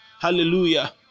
Hallelujah